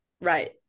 right